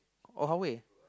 oh Huawei